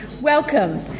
Welcome